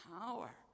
power